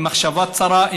עם מחשבה צרה,